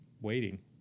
waiting